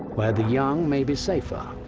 where the young may be safer,